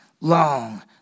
long